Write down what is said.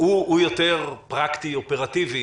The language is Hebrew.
יותר פרקטי-אופרטיבי,